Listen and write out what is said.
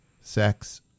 sex